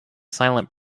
silent